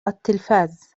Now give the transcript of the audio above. التلفاز